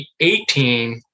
2018